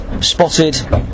spotted